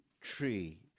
tree